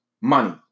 money